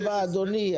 אדוני,